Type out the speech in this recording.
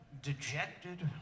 dejected